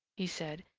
he said,